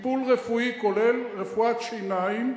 טיפול רפואי כולל רפואת שיניים,